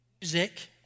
music